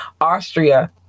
Austria